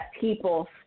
people